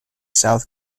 south